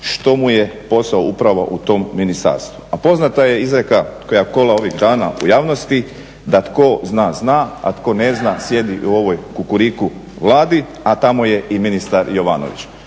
što mu je posao upravo u tom ministarstvu. A poznata je izreka koja kola ovih dana u javnosti da tko zna, zna, a tko ne zna, sjedi u ovoj Kukuriku vladi, a tamo je i ministar Jovanović.